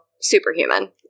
superhuman